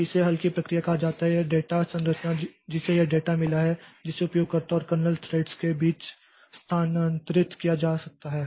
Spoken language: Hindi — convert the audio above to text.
तो इसे हल्की प्रक्रिया कहा जाता है यह डेटा संरचना जिसे यह डेटा मिला है जिसे उपयोगकर्ता और कर्नेल थ्रेड्स के बीच स्थानांतरित किया जा सकता है